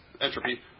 entropy